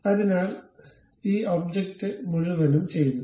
അതിനാൽ ഈ ഒബ്ജക്റ്റ് മുഴുവനും ചെയ്തു